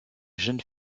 jeune